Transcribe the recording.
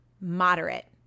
moderate